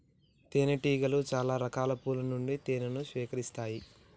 తేనె టీగలు చాల రకాల పూల నుండి తేనెను సేకరిస్తాయి